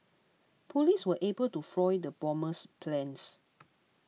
police were able to foil the bomber's plans